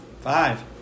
five